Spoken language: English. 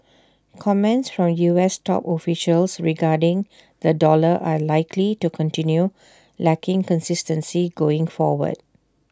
comments from us top officials regarding the dollar are likely to continue lacking consistency going forward